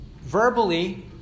verbally